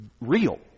real